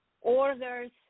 orders